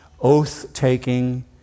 oath-taking